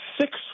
six